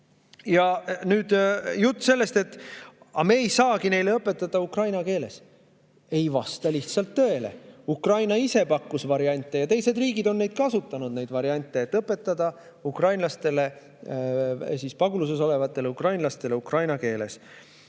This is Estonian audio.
ei ole. Jutt sellest, et me ei saagi neile õpetada ukraina keeles, ei vasta lihtsalt tõele. Ukraina ise pakkus variante ja teised riigid on kasutanud neid variante, et õpetada paguluses olevatele ukrainlastele ukraina keeles.